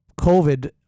covid